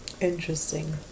interesting